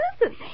listen